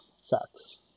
Sucks